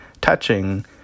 touching